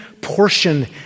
portion